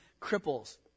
cripples